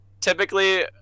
typically